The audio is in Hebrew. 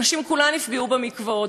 נשים כולן נפגעו במקוואות.